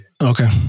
Okay